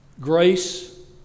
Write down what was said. grace